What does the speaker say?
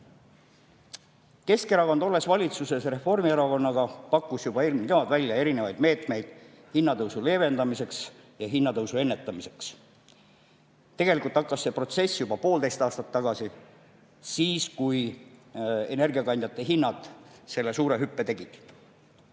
määras. Keskerakond, olles valitsuses Reformierakonnaga, pakkus juba eelmisel kevadel välja erinevaid meetmeid hinnatõusu leevendamiseks ja hinnatõusu ennetamiseks. Tegelikult hakkas see protsess juba poolteist aastat tagasi – siis, kui energiakandjate hinnad selle suure hüppe tegid.